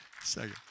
second